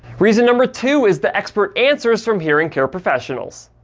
reason number two is the expert answers from hearing care professionals.